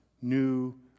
new